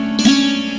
e